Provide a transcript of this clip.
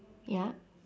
ya